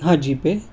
हां जीपे